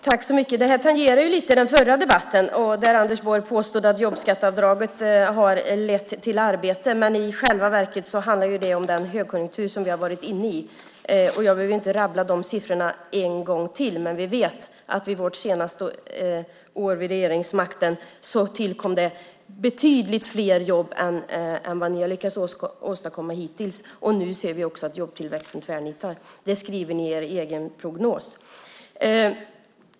Herr talman! Det här tangerar lite den förra debatten, där Anders Borg påstod att jobbskatteavdraget har lett till arbete. I själva verket handlar det om den högkonjunktur vi har varit inne i. Jag behöver inte rabbla siffrorna en gång till, men vi vet att vid vårt senaste år vid regeringsmakten tillkom det betydligt fler jobb än ni har lyckats åstadkomma hittills. Nu ser vi också att jobbtillväxten tvärnitar. Det skriver ni i er egen prognos.